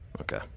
okay